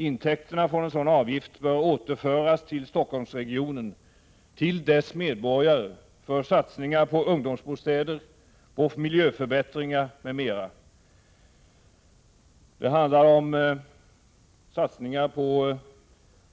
Intäkterna från en sådan avgift bör därför återföras till Stockholmsregionen, till dess medborgare, för satsningar på ungdomsbostäder, miljöförbättringar m.m. Det handlar om satsningar för